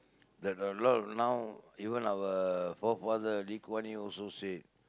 that a lot of now even our forefather Lee Kuan Yew also say